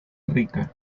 rika